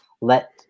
let